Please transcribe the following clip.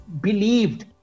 believed